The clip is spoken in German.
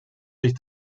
sich